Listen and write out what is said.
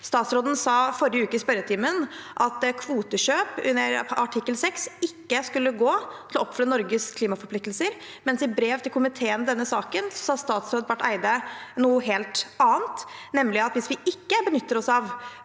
Statsråden sa i forrige uke i spørretimen at kvotekjøp under artikkel 6 ikke skulle gå til å oppfylle Norges klimaforpliktelser, mens i brev til komiteen om denne saken sa statsråd Barth Eide noe helt annet, nemlig at hvis vi ikke benytter oss av